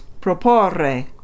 proporre